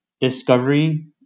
discovery